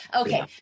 Okay